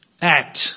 act